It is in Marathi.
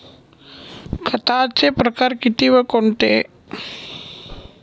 खताचे प्रकार किती व कोणते?